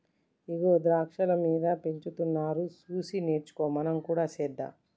ఇగో ద్రాక్షాలు మీద పెంచుతున్నారు సూసి నేర్చుకో మనం కూడా సెద్దాం